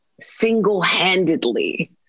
single-handedly